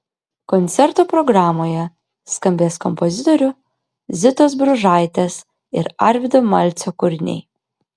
koncerto programoje skambės kompozitorių zitos bružaitės ir arvydo malcio kūriniai